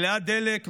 מלאה דלק,